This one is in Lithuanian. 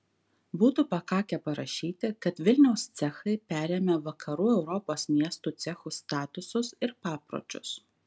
būtų pakakę parašyti kad vilniaus cechai perėmė vakarų europos miestų cechų statusus ir papročius